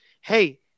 hey